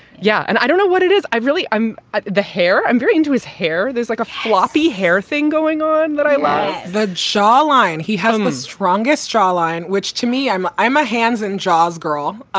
yeah. and i don't know what it is. i really i'm ah the hair. i'm very into his hair there's like a floppy hair thing going on that i like the shore line. he hasn't the strongest jawline, which to me i'm i'm a hands and jaws girl.